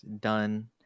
done